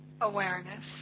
awareness